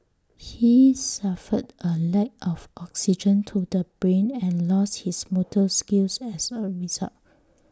he suffered A lack of oxygen to the brain and lost his motor skills as A result